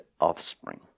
offspring